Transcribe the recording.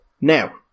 Now